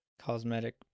cosmetic